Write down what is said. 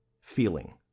feeling